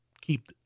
keep